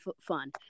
fun